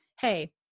Hey